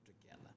together